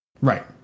right